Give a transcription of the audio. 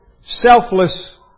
selfless